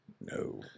No